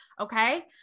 Okay